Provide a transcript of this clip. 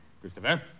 Christopher